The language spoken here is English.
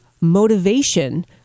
motivation